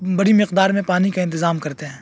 بڑی مقدار میں پانی کا انتظام کرتے ہیں